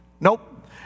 nope